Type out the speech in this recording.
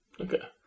Okay